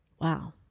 wow